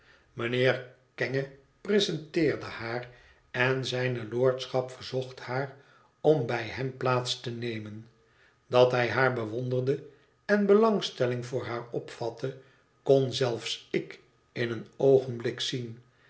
mijnheer kenge presenteerde haar en zijne lordschap verzocht haar om bij hem plaats te nemen dat hij haar bewonderde en belangstelling voor haar opvatte kon zelfs ik in een oogenblik zien